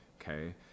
okay